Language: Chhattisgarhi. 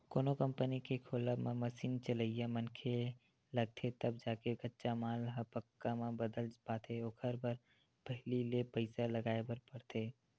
कोनो कंपनी के खोलब म मसीन चलइया मनखे लगथे तब जाके कच्चा माल ह पक्का म बदल पाथे ओखर बर पहिली ले पइसा लगाय बर परथे